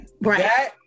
right